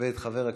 ואת חבר הכנסת,